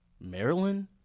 Maryland